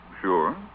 Sure